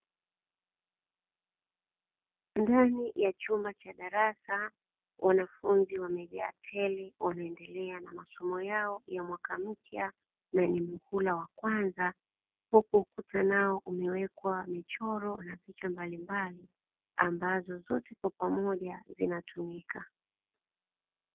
Ndani ya chumba cha darasa wanafunzi wamejaa tele wanaendelea na masomo yao ya mwaka mpya na nimuula wa kwanza, huku ukuta nao umewekwa michoro na picha mbalimbali ambazo zote kwa pamoja zinatumika